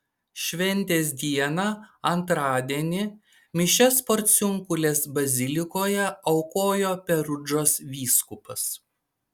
šventės dieną antradienį mišias porciunkulės bazilikoje aukojo perudžos vyskupas